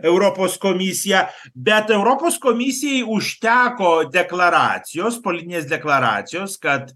europos komisija bet europos komisijai užteko deklaracijos politinės deklaracijos kad